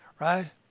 right